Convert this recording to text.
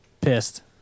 pissed